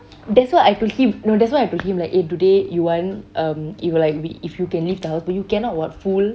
that's what I told him no that's what I told him like eh today you want um if you like we if you can leave the house but you cannot [what] fool